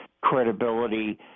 credibility